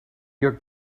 your